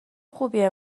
خوبیه